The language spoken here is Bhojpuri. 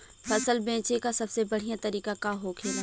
फसल बेचे का सबसे बढ़ियां तरीका का होखेला?